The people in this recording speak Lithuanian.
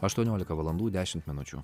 aštuoniolika valandų dešimt minučių